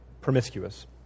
promiscuous